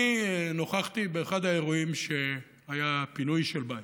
אני נוכחתי באחד האירועים שהיו פינוי של בית.